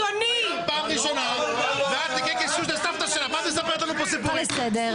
מה את מספרת לנו סיפורים?